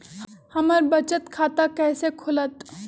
हमर बचत खाता कैसे खुलत?